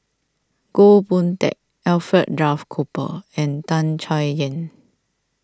Goh Boon Teck Alfred Duff Cooper and Tan Chay Yan